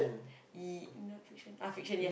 ye~ non-fiction uh fiction yes